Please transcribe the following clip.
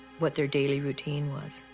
what their daily routine was.